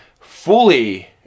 fully